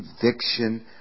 conviction